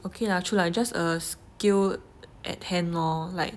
okay lah true lah it's just a skill at hand lor like